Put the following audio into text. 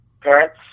parents